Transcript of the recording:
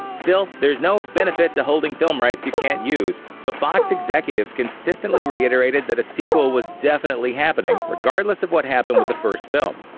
still, there's no benefit to holding film rights you can't use, so fox executives consistently reiterated that a sequel was definitely happening, regardless of what happened with the first film.